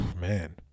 Man